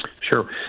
Sure